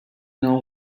know